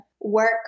work